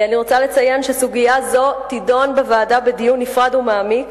אני רוצה לציין שסוגיה זו תידון בוועדה בדיון נפרד ומעמיק